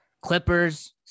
Clippers